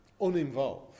uninvolved